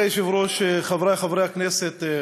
כבוד היושב-ראש, חברי חברי הכנסת,